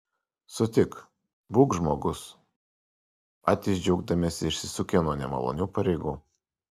sutik būk žmogus patys džiaugdamiesi išsisukę nuo nemalonių pareigų